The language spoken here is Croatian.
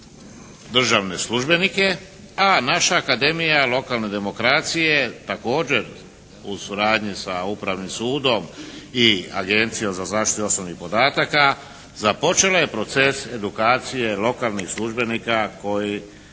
državne službenike, a naša akademija lokalne demokracije također u suradnji sa Upravnim sudom i Agencijom za zaštitu osobnih podataka započela je proces edukacije lokalnih službenika koji